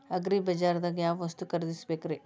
ಅಗ್ರಿಬಜಾರ್ದಾಗ್ ಯಾವ ವಸ್ತು ಖರೇದಿಸಬೇಕ್ರಿ?